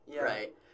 right